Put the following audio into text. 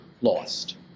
lost